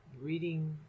reading